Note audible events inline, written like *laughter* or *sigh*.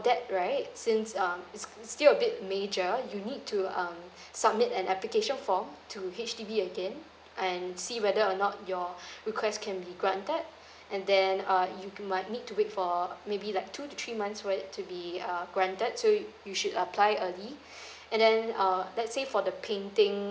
that right since um it's still a bit major you need to um submit an application form to H_D_B again and see whether or not your request can be granted and then uh you might need to wait for maybe like two to three months for it to be uh granted so you you should apply early *breath* and then um let's say for the painting